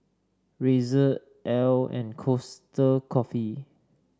Razer Elle and Costa Coffee